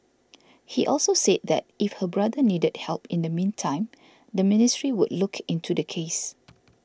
he also say that if her brother needed help in the meantime the ministry would look into the case